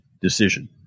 decision